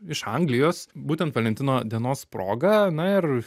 iš anglijos būtent valentino dienos proga na ir